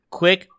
quick